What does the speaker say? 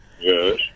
Yes